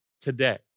today